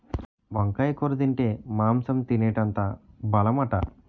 వంకాయ కూర తింటే మాంసం తినేటంత బలమట